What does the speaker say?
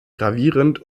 gravierend